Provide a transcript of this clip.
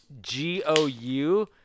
G-O-U